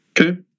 Okay